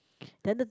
then the